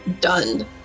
done